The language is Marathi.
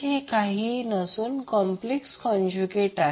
हे काहीही नसून Zth चा कॉप्लेक्स कोन्जूगेट आहे